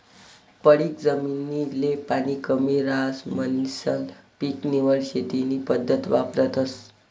पडीक जमीन ले पाणी कमी रहास म्हणीसन पीक निवड शेती नी पद्धत वापरतस